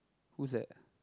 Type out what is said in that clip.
who's that